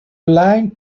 aligned